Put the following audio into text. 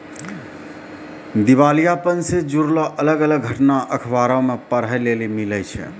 दिबालियापन से जुड़लो अलग अलग घटना अखबारो मे पढ़ै लेली मिलै छै